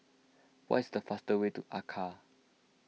what is the fast way to Accra